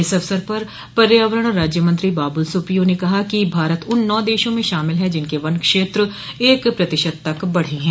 इस अवसर पर पर्यावरण राज्य मंत्री बाबुल सुप्रियो ने कहा कि भारत उन नौ देशों में शामिल हैं जिनके वन क्षेत्र एक प्रतिशत तक बढ़े हैं